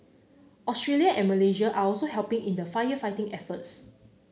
Australia and Malaysia are also helping in the firefighting efforts